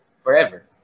forever